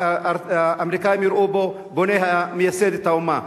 והאמריקנים יראו בו מייסד האומה.